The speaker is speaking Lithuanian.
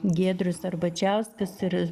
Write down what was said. giedrius arbačiauskas ir